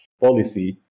policy